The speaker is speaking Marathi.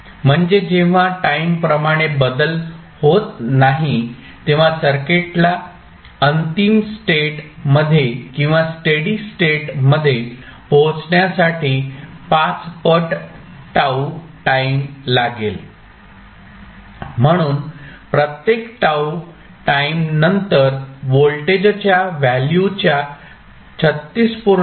म्हणजे जेव्हा टाईम प्रमाणे बदल होत नाही तेव्हा सर्किटला अंतिम स्टेट मध्ये किंवा स्टेडी स्टेट मध्ये पोहोचण्यासाठी 5 पट τ टाईम लागेल म्हणून प्रत्येक τ टाईम नंतर व्होल्टेजच्या व्हॅल्यू च्या 36